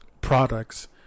products